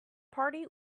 party